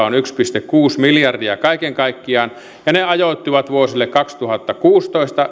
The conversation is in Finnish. on yksi pilkku kuusi miljardia kaiken kaikkiaan ja ne ajoittuvat vuosille kaksituhattakuusitoista